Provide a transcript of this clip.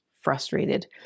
frustrated